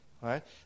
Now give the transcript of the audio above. right